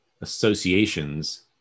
associations